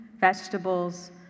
vegetables